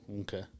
okay